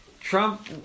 Trump